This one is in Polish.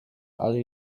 ale